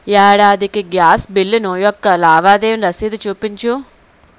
ఏడాదికి gas bill యొక్క లావాదేవీ రసీదు చూపించు